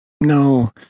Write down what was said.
No